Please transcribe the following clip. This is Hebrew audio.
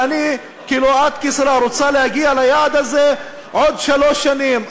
ואת כשרה רוצה להגיע ליעד הזה עוד שלוש שנים,